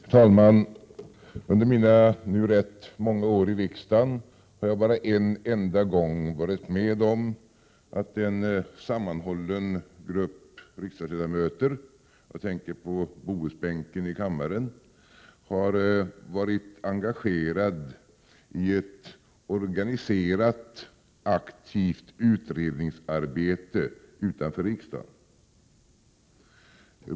Herr talman! Under mina nu rätt många år i riksdagen har jag bara en enda gång varit med om att en sammanhållen grupp riksdagsledamöter — jag tänker på Bohusbänken i kammaren — har varit engagerad i ett organiserat, aktivt utredningsarbete utanför riksdagen.